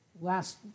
last